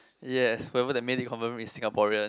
yes whoever that made it confirm is Singaporean